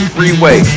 Freeway